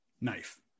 Knife